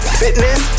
fitness